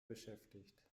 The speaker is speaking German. beschäftigt